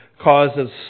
causes